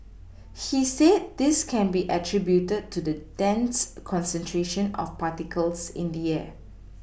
he said this can be attributed to the dense concentration of particles in the air